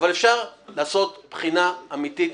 אבל אפשר לעשות בחינה אמתית